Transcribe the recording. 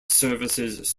services